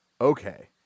Okay